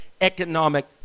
economic